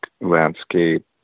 landscape